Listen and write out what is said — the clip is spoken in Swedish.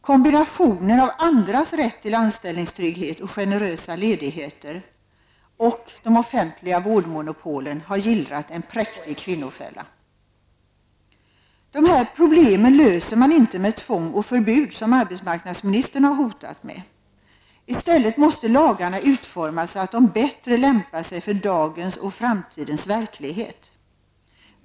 Kombinationen av andras rätt till anställningstrygghet och generösa ledigheter och de offentliga vårdmonopolen har gillrat en präktig kvinnofälla. De här problemen löser man inte med tvång och förbud, som arbetsmarknadsministern har hotat med. I stället måste lagarna utformas så att de bättre lämpar sig för dagens och framtidens verklighet.